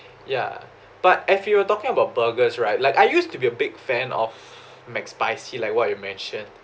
ya but if you are talking about burgers right like I used to be a big fan of mcspicy like what you mention